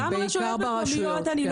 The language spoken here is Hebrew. ברשויות המקומיות?